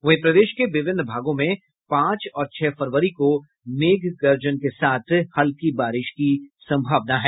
वहीं प्रदेश के विभिन्न भागों में पांच और छह फरवरी को मेघ गर्जन के साथ हल्की बारिश की सम्भावना है